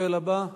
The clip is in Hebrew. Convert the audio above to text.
השואל הבא,